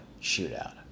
shootout